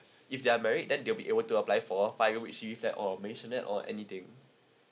if they are married then they'll be able to apply for five room H_D_B flat or mansionette or anything